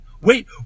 wait